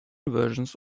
versions